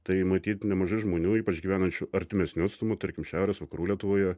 tai matyt nemažai žmonių ypač gyvenančių artimesniu atstumu tarkim šiaurės vakarų lietuvoje